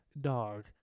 Dog